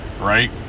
right